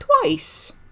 twice